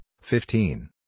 fifteen